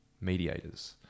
mediators